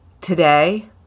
today